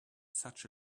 such